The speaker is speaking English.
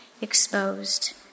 exposed